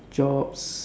jobs